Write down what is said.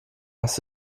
hast